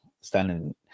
standing